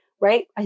right